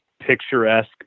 picturesque